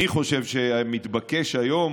אני חושב שמתבקש היום,